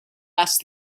asked